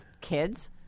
kids